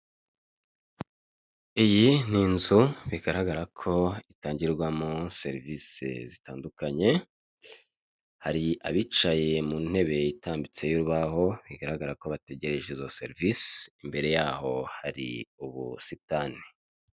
Ni iguriro ricuruza ibikoresho by'imitako, hakaba harimo ibitandukanye mu mabara menshi, hahagaze umudamu wambaye iby'umukara, akaba agaragara nk'aho ari we ucuruza.